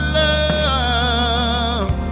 love